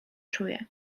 czuję